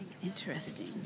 Interesting